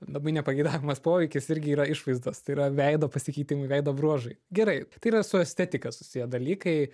labai nepageidaujamas poveikis irgi yra išvaizdos tai yra veido pasikeitimai veido bruožai gerai tai yra su estetika susiję dalykai